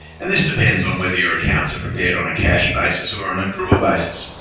and this depends on whether your accounts are prepared on a cash basis or on an accrual basis.